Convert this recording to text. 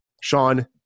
Sean